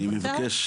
אני מבקש,